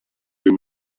you